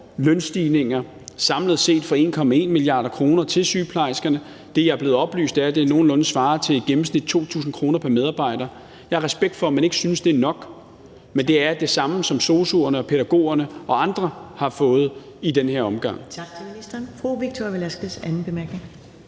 lønstigninger samlet set for 1,1 mia. kr. til sygeplejerskerne. Det, jeg er blevet oplyst, er, at det nogenlunde svarer til i gennemsnit 2.000 kr. pr. medarbejder. Jeg har respekt for, at man ikke synes, det er nok, men det er det samme, som sosu'erne, pædagogerne og andre har fået i den her omgang.